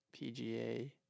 PGA